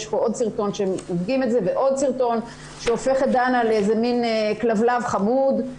יש כאן עוד סרטון שמדגים את זה ועוד סרטון שהופך את דנה לכלבלב חמוד.